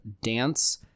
dance